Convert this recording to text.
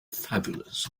fabulous